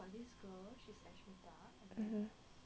mmhmm